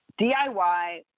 DIY